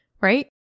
right